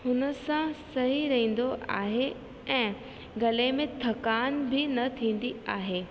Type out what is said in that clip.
हुन सां सही रहंदो आहे ऐं गले में थकान बि न थींदी आहे